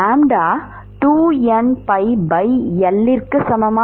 மாணவர் 2npiL க்கு சமம்